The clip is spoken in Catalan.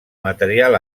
material